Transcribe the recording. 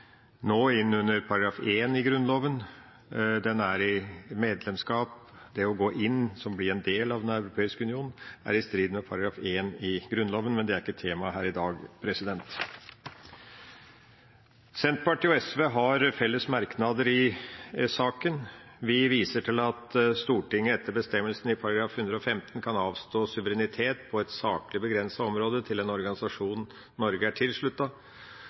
nå inn under § 1 i Grunnloven. Medlemskap, det å gå inn i og bli en del av Den europeiske union, er i strid med § 1 i Grunnloven, men det er ikke tema her i dag. Senterpartiet og SV har felles merknader i saken. Vi viser til at Stortinget etter bestemmelsen i § 115 kan avstå suverenitet på et saklig begrenset område til en organisasjon Norge er